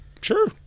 Sure